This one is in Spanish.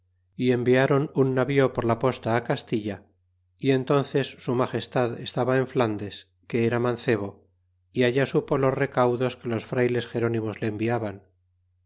y enviaron un navío por la posta castilla y entónces su magestad estaba en flandes que era mancebo y allá supo los recaudos que los frayles gerónimos le enviaban